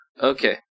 Okay